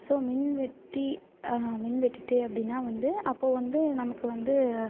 so மின்வெட்டு மின்வெட்டிட்டு அப்படின்னா வந்து அப்போது வந்து நமக்கு வந்து